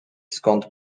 skąd